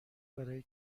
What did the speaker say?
برای